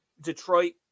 Detroit